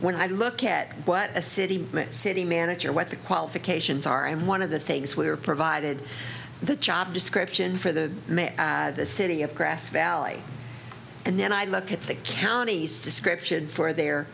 when i look at what a city movement city manager what the qualifications are i'm one of the things we're provided the job description for the mayor of the city of grass valley and then i look at the counties description for their